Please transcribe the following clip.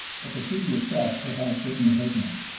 but the treaty itself provides certain abatements.